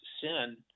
sin